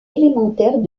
élémentaires